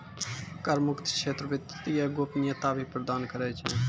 कर मुक्त क्षेत्र वित्तीय गोपनीयता भी प्रदान करै छै